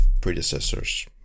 predecessors